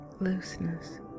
looseness